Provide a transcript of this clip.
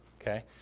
okay